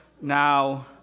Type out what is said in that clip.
Now